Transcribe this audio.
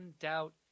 doubt